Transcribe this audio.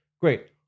Great